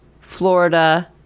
Florida